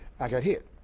i got hit.